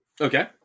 Okay